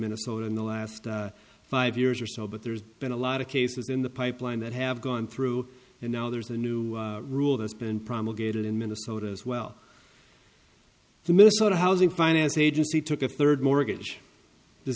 minnesota in the last five years or so but there's been a lot of cases in the pipeline that have gone through and now there's a new rule that's been promulgated in minnesota as well the minnesota housing finance agency took a third mortgage does